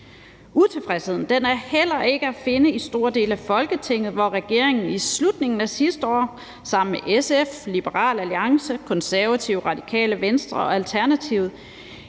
Utilfredsheden er heller ikke at finde i store dele af Folketinget, hvor regeringen i slutningen af sidste år sammen med SF, Liberal Alliance, Konservative, Radikale Venstre og Alternativet